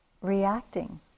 reacting